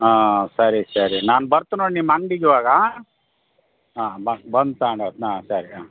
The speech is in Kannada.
ಹಾಂ ಸರಿ ಸರಿ ನಾನು ಬರ್ತೀನಿ ನೋಡು ನಿಮ್ಮ ಅಂಗ್ಡಿಗೆ ಇವಾಗ ಹಾಂ ಬಂದು ತಗೊಂಡು ಹೋಗ್ತ್ನ ಹಾಂ ಸರಿ ಹಾಂ